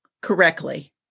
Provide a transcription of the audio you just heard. correctly